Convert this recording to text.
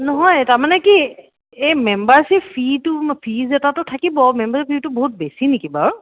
নহয় তাৰমানে কি এই মেম্বাৰশ্বিপ ফিটো ফিজ এটাতো থাকিব মেম্বাৰ ফিজটো বহুত বেছি নেকি বাৰু